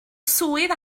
swydd